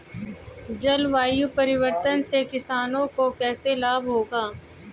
जलवायु परिवर्तन से किसानों को कैसे लाभ होगा?